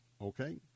okay